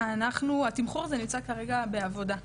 התמחור הזה נמצא כרגע בעבודה.